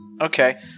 Okay